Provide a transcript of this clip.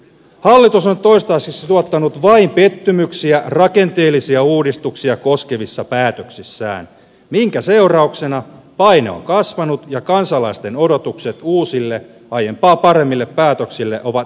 hallitus on toistaiseksi tuottanut vain pettymyksiä rakenteellisia uudistuksia koskevissa päätöksissään minkä seurauksena paine on kasvanut ja kansalaisten odotukset uusille aiempaa paremmille päätöksille ovat entistä suuremmat